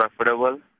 affordable